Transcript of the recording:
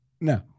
No